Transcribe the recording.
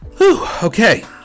Okay